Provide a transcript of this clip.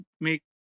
make